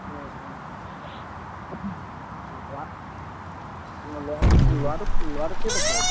অঁ অঁ ল'ৰা অঁ ল'ৰাটোক কেইবছৰ হৈছে